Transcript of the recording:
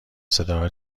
صداها